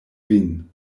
vin